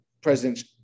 President